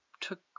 took